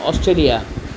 Australia